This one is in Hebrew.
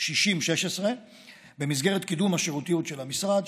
6016* במסגרת קידום השירותיות של המשרד,